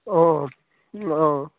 অঁ অঁ